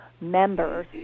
members